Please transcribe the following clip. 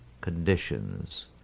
conditions